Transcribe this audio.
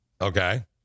Okay